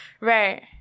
Right